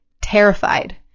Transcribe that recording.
terrified